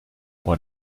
what